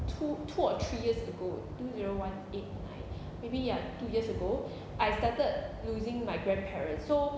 two two or three years ago two zero one eight nine maybe ya two years ago I started losing my grandparents so